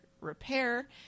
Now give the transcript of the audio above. repair